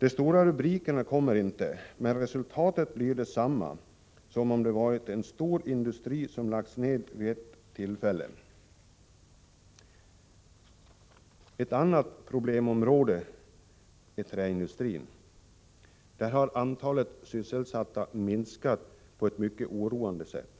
De feta rubrikerna uteblir, men resultatet blir detsamma som om det hade varit en stor industri som hade lagts ned vid ett tillfälle. Ett annat problemområde är träindustrin, där antalet sysselsatta har sjunkit på ett mycket oroande sätt.